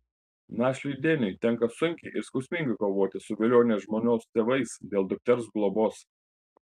našliui deniui tenka sunkiai ir skausmingai kovoti su velionės žmonos tėvais dėl dukters globos